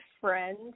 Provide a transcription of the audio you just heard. friend